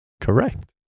Correct